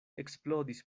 eksplodis